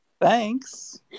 Thanks